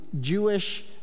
Jewish